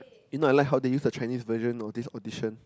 you know I like how they use the Chinese version for this audition